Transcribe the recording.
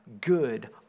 good